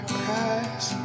cries